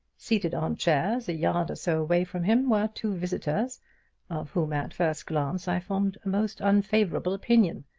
seated on chairs, a yard or so away from him, were two visitors of whom at first glance i formed a most unfavorable opinion.